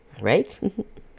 right